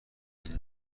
این